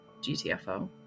GTFO